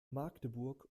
magdeburg